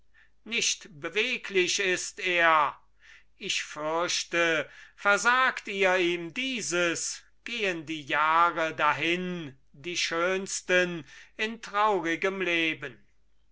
nicht beweglich ist er ich fürchte versagt ihr ihm dieses gehen die jahre dahin die schönsten in traurigem leben